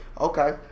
Okay